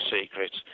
secrets